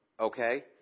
okay